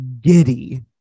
giddy